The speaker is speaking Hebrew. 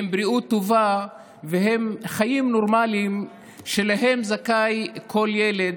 בריאות טובה וחיים נורמליים שלהם זכאי כל ילד,